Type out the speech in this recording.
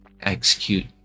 execute